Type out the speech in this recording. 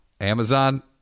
Amazon